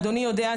אדוני יודע,